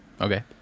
okay